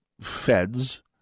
feds